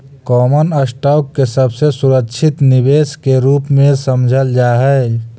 common stock के सबसे सुरक्षित निवेश के रूप में समझल जा हई